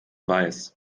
weiß